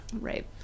Right